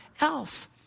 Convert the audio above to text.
else